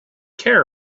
care